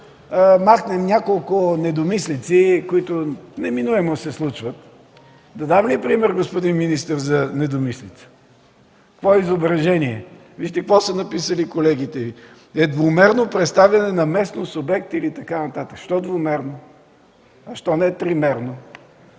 махнем няколко недомислици, които неминуемо се случват... Господин министър, да дам ли пример за недомислица? Какво е „изображение”? Вижте какво са написали колегите Ви: „е двумерно представяне на местност, обект или” и така нататък. Защо двумерно? Защо не тримерно?